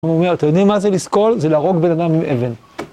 הוא אומר, אתם יודעים מה זה לסקול? זה להרוג בן אדם עם אבן.